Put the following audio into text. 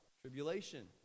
Tribulation